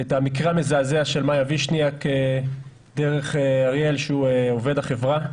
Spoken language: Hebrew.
את המקרה המזעזע של מאיה וישניאק דרך אריאל שהוא עובד החברה.